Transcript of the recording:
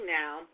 now